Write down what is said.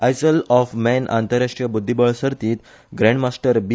aisle of Man आंतरराष्ट्रीय बुध्दीबळ सर्तीत ग्रँडमास्टर बी